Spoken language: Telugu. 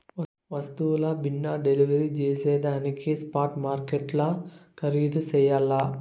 వస్తువుల బిన్నే డెలివరీ జేసేదానికి స్పాట్ మార్కెట్లు ఖరీధు చెయ్యల్ల